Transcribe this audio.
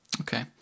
okay